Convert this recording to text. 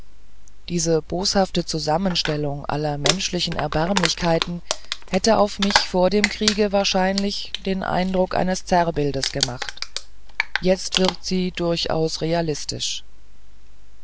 diese boshafte zusammenstellung aller menschlichen erbärmlichkeiten hätte auf mich vor dem kriege wahrscheinlich den eindruck eines zerrbildes gemacht jetzt wirkt sie durchaus realistisch